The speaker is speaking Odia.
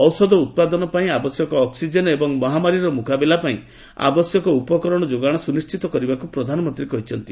ଔଷଧ ଉତ୍ପାଦନ ପାଇଁ ଆବଶ୍ୟକ ଅକ୍ଟିଜେନ୍ ଏବଂ ମହାମାରୀର ମୁକାବିଲା ପାଇଁ ଆବଶ୍ୟକ ଉପକରଣ ଯୋଗାଣ ସୁନିଶ୍ଚିତ କରିବାକୁ ପ୍ରଧାନମନ୍ତ୍ରୀ କହିଛନ୍ତି